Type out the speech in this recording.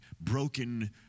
broken